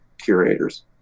curators